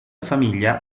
famiglia